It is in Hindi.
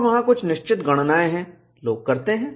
और वहां कुछ निश्चित गणनायें हैं लोग करते हैं